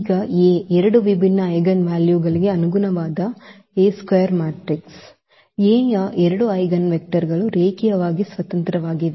ಈಗ A ಎರಡು ವಿಭಿನ್ನ ಐಜೆನ್ ವ್ಯಾಲ್ಯೂಗಳಿಗೆ ಅನುಗುಣವಾದ A ಸ್ಕ್ವೇರ್ ಮ್ಯಾಟ್ರಿಕ್ಸ್ Aಯ ಎರಡು ಐಜೆನ್ವೆಕ್ಟರ್ಗಳು ರೇಖೀಯವಾಗಿ ಸ್ವತಂತ್ರವಾಗಿವೆ